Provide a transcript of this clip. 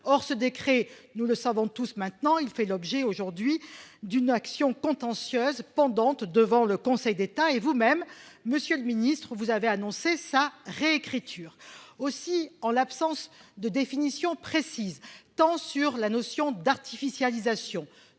or ce décret, nous le savons tous maintenant il fait l'objet aujourd'hui d'une action contentieuse pendante devant le Conseil d'État et vous-même Monsieur le Ministre, vous avez annoncé sa réécriture aussi en l'absence de définition précise tant sur la notion d'artificialisation